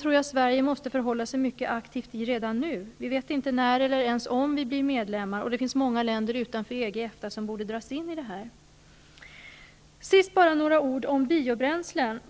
tror att Sverige redan nu måste vara mycket aktivt i diskussionen kring de framtida trafiksystemen. Vi vet inte när, eller ens om, vi blir medlemmar. Det finns många länder utanför EG och EFTA som borde dras in i detta. Till sist bara några ord om biobränslen.